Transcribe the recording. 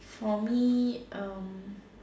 for me um